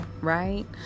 right